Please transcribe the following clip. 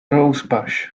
rosebush